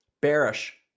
bearish